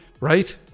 right